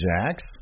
Jax